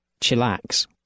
Chillax